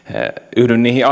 yhdyn niihin